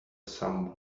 some